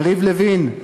יריב לוין,